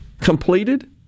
completed